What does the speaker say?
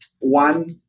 one